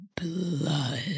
blood